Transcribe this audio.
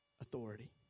authority